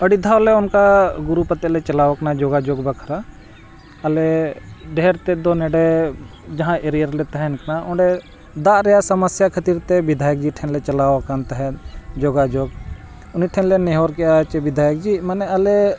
ᱟᱹᱰᱤ ᱫᱷᱟᱣ ᱞᱮ ᱚᱱᱠᱟ ᱜᱨᱩᱯ ᱟᱛᱮᱫ ᱞᱮ ᱪᱟᱞᱟᱣ ᱟᱠᱟᱱᱟ ᱡᱳᱜᱟᱡᱳᱜᱽ ᱵᱟᱠᱷᱨᱟ ᱟᱞᱮ ᱰᱷᱮᱨ ᱛᱮᱫ ᱫᱚ ᱱᱚᱰᱮ ᱡᱟᱦᱟᱸ ᱮᱨᱤᱭᱟ ᱨᱮᱞᱮ ᱛᱟᱦᱮᱱ ᱠᱟᱱᱟ ᱚᱸᱰᱮ ᱫᱟᱜ ᱨᱮᱱᱟᱜ ᱥᱚᱢᱚᱥᱥᱟ ᱠᱷᱟᱹᱛᱤᱨ ᱛᱮ ᱵᱤᱫᱷᱟᱭᱚᱠ ᱡᱤ ᱴᱷᱮᱱ ᱞᱮ ᱪᱟᱞᱟᱣ ᱟᱠᱟᱱ ᱛᱟᱦᱮᱸᱫ ᱡᱳᱜᱟᱡᱳᱜᱽ ᱩᱱᱤ ᱴᱷᱮᱱ ᱞᱮ ᱱᱮᱦᱚᱨ ᱠᱮᱜᱼᱟ ᱪᱮᱫ ᱵᱤᱫᱷᱟᱭᱚᱠ ᱡᱤ ᱢᱟᱱᱮ ᱟᱞᱮ